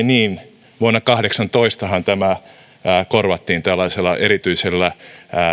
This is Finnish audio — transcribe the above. niin vuonna kahdeksantoistahan tämä korvattiin tällaisella erityisellä